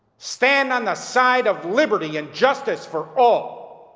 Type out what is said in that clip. stand on the side of liberty and justice for all.